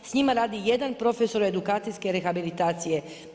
S njima radi 1 profesor edukacijske rehabilitacije.